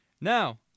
Now